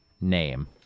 name